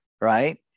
right